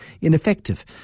ineffective